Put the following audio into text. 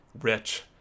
rich